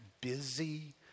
busy